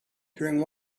during